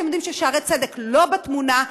כשהם יודעים ש"שערי צדק" לא בתמונה,